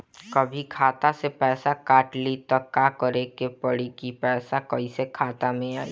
कभी खाता से पैसा काट लि त का करे के पड़ी कि पैसा कईसे खाता मे आई?